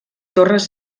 torres